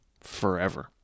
forever